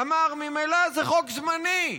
אמר: ממילא זה חוק זמני,